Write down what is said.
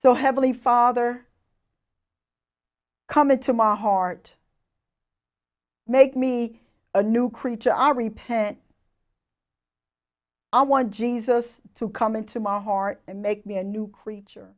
so heavily father come into my heart make me a new creature are repent i want jesus to come into my heart and make me a new creature